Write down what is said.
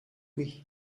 louis